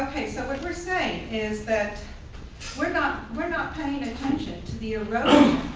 so what we're saying is that we're not we're not paying attention to the erosion.